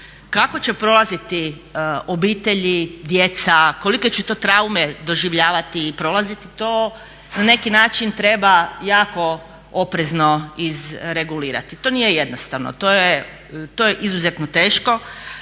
kako će prolaziti obitelji, djeca, kolike će to traume doživljavati i prolaziti to na neki način treba jako oprezno izregulirati. To nije jednostavno. To je izuzetno teško,